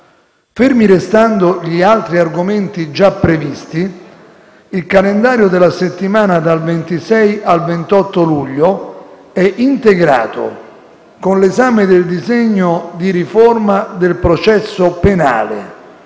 Fermi restando gli altri argomenti già previsti, il calendario della settimana dal 26 al 28 luglio è integrato con 1'esame del disegno di legge di riforma del processo penale,